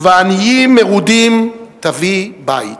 "ועניים מרודים תביא בית".